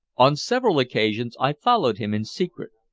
on several occasions i followed him in secret,